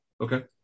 Okay